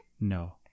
No